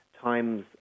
times